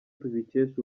tubikesha